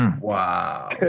Wow